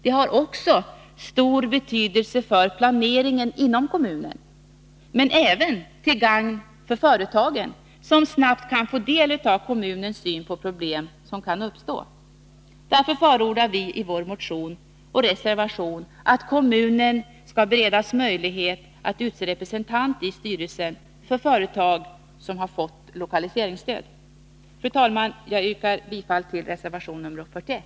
Det har också stor betydelse för planeringen inom kommunen men är även till gagn för företagen, som snabbt kan få del av kommunens syn på problem som kan uppstå. Vi förordar därför i vår motion och reservation att kommunen skall beredas möjlighet att utse representant i styrelsen för företag som har fått lokaliseringsstöd. Fru talman! Jag yrkar bifall till reservation nr 41.